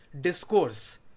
Discourse